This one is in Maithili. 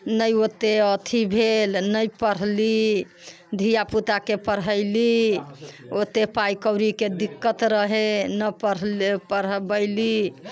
नहि ओतेक अथी भेल नहि पढ़ली धिआ पुताके पढ़यली ओतेक पाइ कौड़ीके दिक्कत रहे नहि पढ़ पढ़बैली